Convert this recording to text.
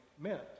meant